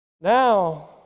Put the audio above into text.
now